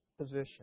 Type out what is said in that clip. position